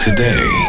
Today